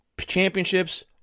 Championships